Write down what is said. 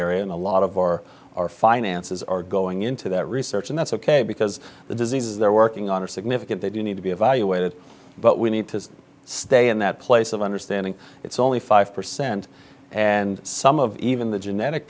area and a lot of or our finances are going into that research and that's ok because the diseases they're working on are significant they do need to be evaluated but we need to stay in that place of understanding it's only five percent and some of even the genetic